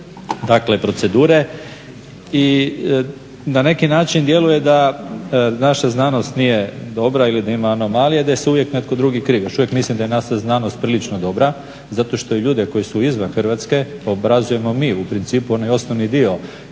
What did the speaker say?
dakle procedure. I na neki način djeluje da naša znanost nije dobra ili da ima anomalije i da je uvijek netko drugi kriv. Još uvijek mislim da je naša znanost prilično dobra zato što ljude koji su izvan Hrvatske obrazujemo mi, u principu onaj osnovni dio